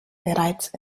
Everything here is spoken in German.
bereits